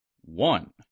one